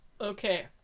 Okay